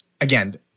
Again